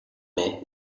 mai